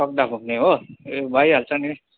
तकदा पुग्ने हो ए भइहाल्छ नि